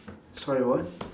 sorry what